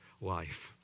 life